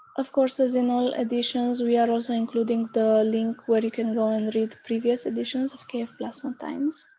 of course as in all editions we are also including the link where you can go and read previous editions of kf plasma times.